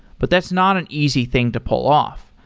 but that's not an easy thing to pull off,